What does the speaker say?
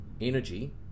Energy